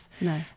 No